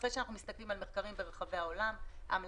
אחרי שאנחנו מסתכלים על מחקרים ברחבי העולם,